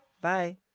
bye